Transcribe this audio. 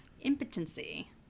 impotency